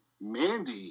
Mandy